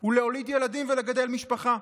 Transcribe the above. הוא להוליד ילדים ולגדל משפחה.